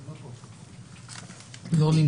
לא.